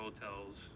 hotels